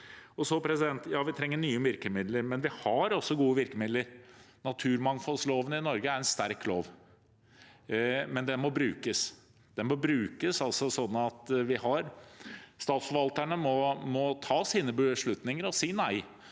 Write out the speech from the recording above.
blir tilfeldig. Ja, vi trenger nye virkemidler, men vi har også gode virkemidler. Naturmangfoldloven i Norge er en sterk lov, men den må brukes. Statsforvalterne må ta sine beslutninger og si nei